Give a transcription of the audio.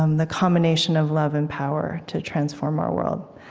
um the combination of love and power to transform our world.